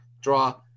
draw